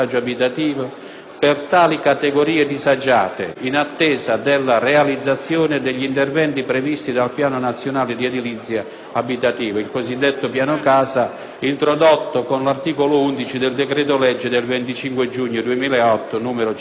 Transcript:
per tali categorie disagiate in attesa della realizzazione degli interventi previsti dal Piano nazionale di edilizia abitativa (il cosiddetto Piano casa), introdotto con l'articolo 11 del decreto-legge 25 giugno 2008, n. 112.